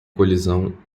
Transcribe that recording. colisão